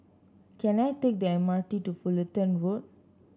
can I take the M R T to Fullerton Road